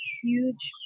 huge